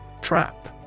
Trap